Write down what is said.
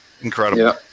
Incredible